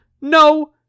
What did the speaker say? No